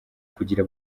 kugira